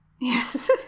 Yes